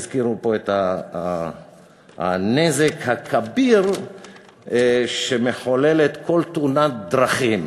הזכירו פה את הנזק הכביר שמחוללת כל תאונת דרכים,